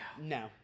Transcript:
No